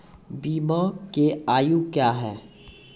बीमा के आयु क्या हैं?